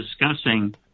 discussing